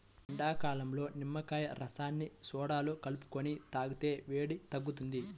ఎండాకాలంలో నిమ్మకాయ రసాన్ని సోడాలో కలుపుకొని తాగితే వేడి తగ్గుతుంది